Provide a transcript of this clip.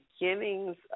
beginnings